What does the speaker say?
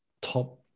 top –